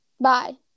Bye